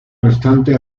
restante